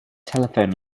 telephone